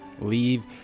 leave